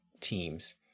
teams